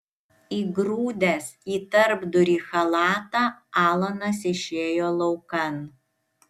įgrūdęs į tarpdurį chalatą alanas išėjo laukan